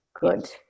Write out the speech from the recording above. Good